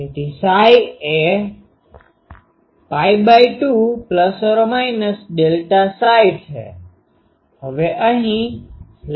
તેથી Ψ એ 2 ±ᴪ છે